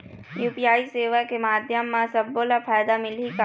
UPI सेवा के माध्यम म सब्बो ला फायदा मिलही का?